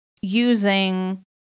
using